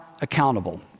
accountable